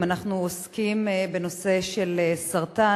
אם אנחנו עוסקים בנושא של סרטן,